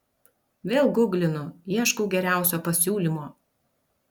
vėl guglinu ieškau geriausio pasiūlymo